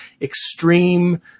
Extreme